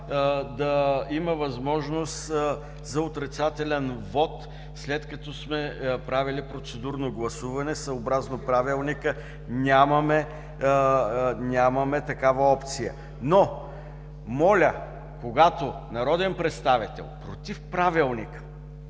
да има възможност за отрицателен вот, след като сме правили процедурно гласуване. Съобразно Правилника, нямаме такава опция. Но моля, когато народен представител против Правилника